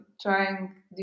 trying